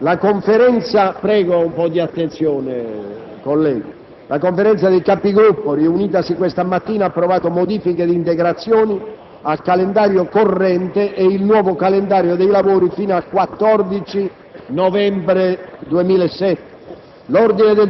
la Conferenza dei Capigruppo, riunitasi questa mattina, ha approvato modifiche e integrazioni al calendario corrente e il nuovo calendario dei lavori fino al 14 novembre 2007.